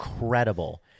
incredible